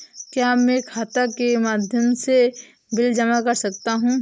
क्या मैं खाता के माध्यम से बिल जमा कर सकता हूँ?